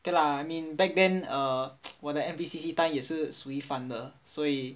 okay lah I mean back then err 我的 N_P_C_C time 也是随访所以